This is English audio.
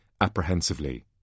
apprehensively